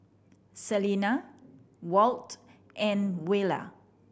Selena Walt and Twyla